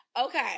Okay